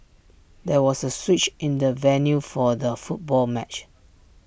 there was A switch in the venue for the football match